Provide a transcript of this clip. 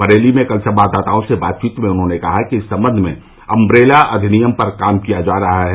बरेली में कल संवाददाताओं से बातचीत में उन्होंने कहा कि इस संबंध में अंब्रेला अधिनियम पर काम किया जा रहा है